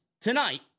tonight